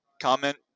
comment